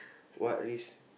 what risk